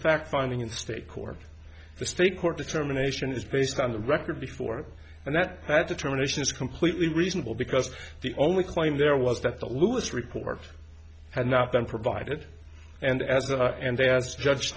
fact finding in the state court the state court determination is based on the record before and that that determination is completely reasonable because the only claim there was that the lewis report had not been provided and as a and they as judged